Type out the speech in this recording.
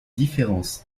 différences